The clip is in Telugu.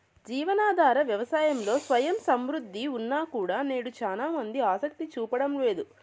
జీవనాధార వ్యవసాయంలో స్వయం సమృద్ధి ఉన్నా కూడా నేడు చానా మంది ఆసక్తి చూపడం లేదు